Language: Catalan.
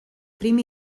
prim